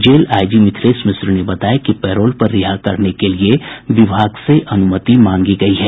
jail IG Mithilesh Mishra ने बताया कि पैरोल पर रिहा करने के लिए विभाग से अनुमति मांगी गयी है